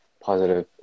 Positive